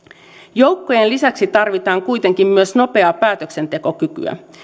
joukkojen lisäksi tarvitaan kuitenkin myös nopeaa päätöksentekokykyä